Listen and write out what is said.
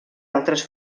altres